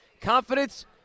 Confidence